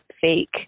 fake